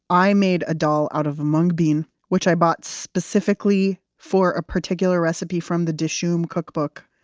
i made a dal out of a mung bean, which i bought specifically for a particular recipe from the dishoom cookbook.